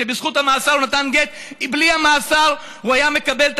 שבזכות המאסר הוא נתן גט,